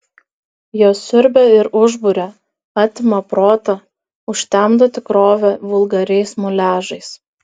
jos siurbia ir užburia atima protą užtemdo tikrovę vulgariais muliažais